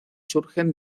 surgen